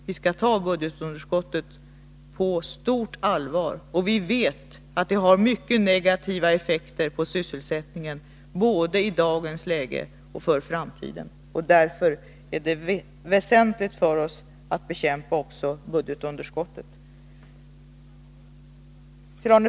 Vi skall ta budgetunderskottet på stort allvar, och vi vet att det har negativa effekter på sysselsättningen både i dagens läge och för framtiden. Därför är det väsentligt för oss att bekämpa också budgetunderskottet.